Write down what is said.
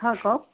হয় কওক